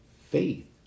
faith